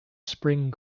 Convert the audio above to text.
spring